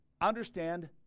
understand